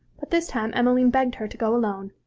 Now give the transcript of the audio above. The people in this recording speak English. but this time emmeline begged her to go alone,